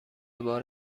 بار